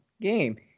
game